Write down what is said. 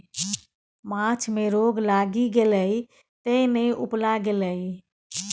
माछ मे रोग लागि गेलै तें ने उपला गेलै